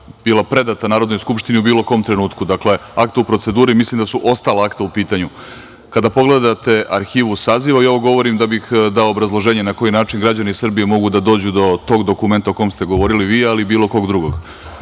bila predata Narodnoj skupštini u bilo kom trenutku, dakle akti u proceduri, mislim da su ostala akta u pitanju. Kada pogledate arhivu saziva, i ovo govorim da bih dao obrazloženje na koji način građani Srbije mogu da dođu do tog dokumenta o kom ste govorili vi, ali i bilo kog drugog.